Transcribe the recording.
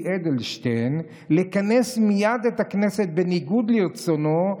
אדלשטיין לכנס מייד את הכנסת בניגוד לרצונו,